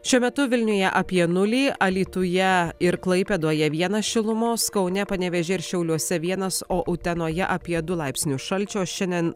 šiuo metu vilniuje apie nulį alytuje ir klaipėdoje vienas šilumos kaune panevėžyje ir šiauliuose vienas o utenoje apie du laipsnius šalčio šiandien